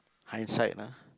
hindsight lah